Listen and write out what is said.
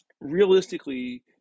realistically